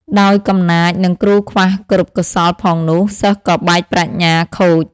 ដោយកំណាច និងគ្រូខ្វះគរុកោសល្យផងនោះ សិស្សក៏បែកប្រាជ្ញាខូច ។